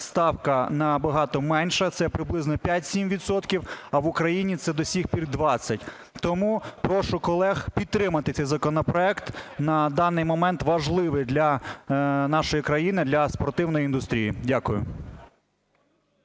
ставка набагато менша, це приблизно 5-7 відсотків, а в Україні це до цих пір 20. Тому прошу колег підтримати цей законопроект, на даний момент важливий для нашої країни, для спортивної індустрії. Дякую.